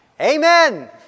Amen